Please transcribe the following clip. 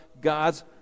god's